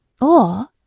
Or